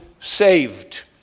saved